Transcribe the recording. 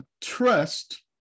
Trust